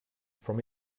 from